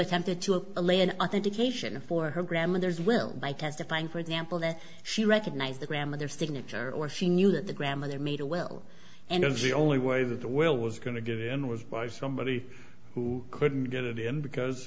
attempted to look away and other dictation for her grandmother's will by testifying for example that she recognized the grandmother signature or she knew that the grandmother made a will and it was the only way that the will was going to get in was by somebody who couldn't get it in because